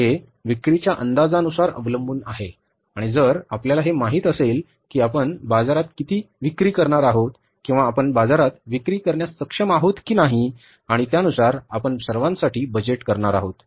हे विक्रीच्या अंदाजानुसार अवलंबून आहे आणि जर आपल्याला हे माहित असेल की आपण बाजारात किती विक्री करणार आहोत किंवा आपण बाजारात विक्री करण्यास सक्षम आहोत की नाहीआणि त्यानुसार आपण सर्वांसाठी बजेट करणार आहोत